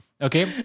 Okay